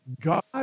God